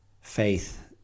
faith